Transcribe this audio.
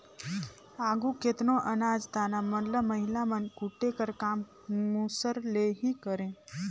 आघु केतनो अनाज दाना मन ल महिला मन कूटे कर काम मूसर ले ही करें